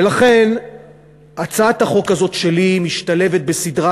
ולכן הצעת החוק הזאת שלי משתלבת בסדרה